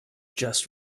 just